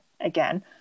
again